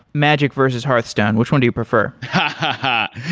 magic versus hearthstone. which one do you prefer? ha! ha!